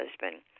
husband